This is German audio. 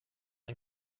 den